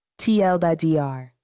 TL.DR